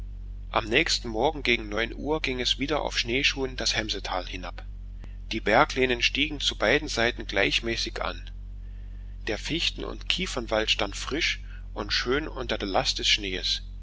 am nächsten morgen gegen neun uhr ging es wieder auf schneeschuhen das hemsetal hinab die berglehnen stiegen zu beiden seiten gleichmäßig an der fichten und kiefernwald stand frisch und schön unter der last des schnees